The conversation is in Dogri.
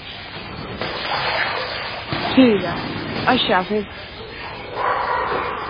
ठीक ऐ अच्छा फिर